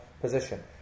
position